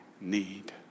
need